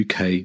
UK